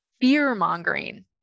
fear-mongering